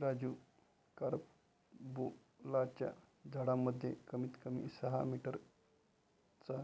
राजू कारंबोलाच्या झाडांमध्ये कमीत कमी सहा मीटर चा